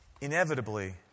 inevitably